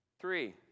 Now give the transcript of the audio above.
Three